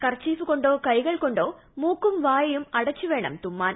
kerchief കൊണ്ടോ കൈകൾ കൊണ്ടോ മൂക്കും വായും പൊത്തിവേണം തുമ്മാൻ